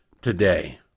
today